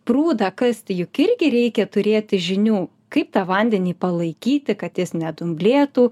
prūdą kasti juk irgi reikia turėti žinių kaip tą vandenį palaikyti kad jis nedumblėtų